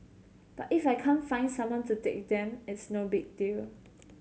but if I can't find someone to take them it's no big deal